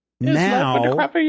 Now